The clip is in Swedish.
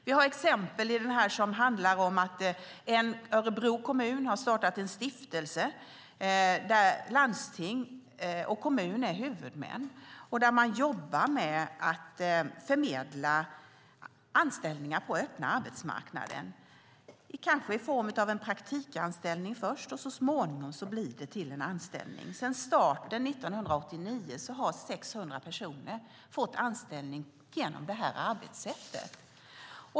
Vi har exempel som handlar om att Örebro kommun har startat en stiftelse där landsting och kommun är huvudmän och där man jobbar med att förmedla anställningar på den öppna arbetsmarknaden. Det kan vara i form av en praktikanställning först och så småningom bli till en anställning. Sedan starten 1989 har 600 personer fått anställning genom detta arbetssätt.